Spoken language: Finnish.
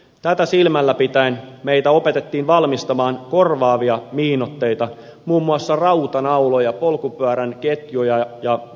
tätä silmällä pitäen meitä opetettiin valmistamaan korvaavia miinoitteita muun muassa rautanauloja polkupyörän ketjuja ja lannoitteita käyttäen